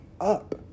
up